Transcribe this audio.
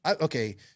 Okay